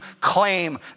claim